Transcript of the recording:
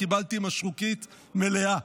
קיבלתי משרוקית מלאה.